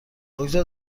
بگذار